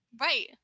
right